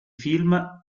film